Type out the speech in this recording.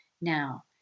now